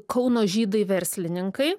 kauno žydai verslininkai